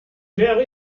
wäre